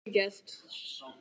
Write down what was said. Guest